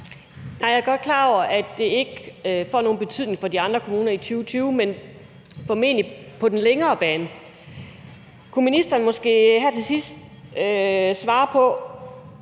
jeg er godt klar over, at det ikke får nogen betydning for de andre kommuner i 2020, men formentlig på den længere bane. Kunne ministeren måske her til sidst svare på,